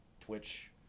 twitch